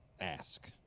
ask